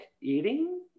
eating